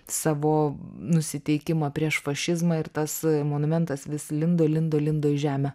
savo nusiteikimą prieš fašizmą ir tas monumentas vis lindo lindo lindo į žemę